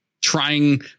trying